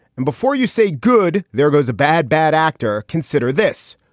and before you say good. there goes a bad, bad actor. consider this.